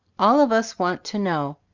all of us want to know.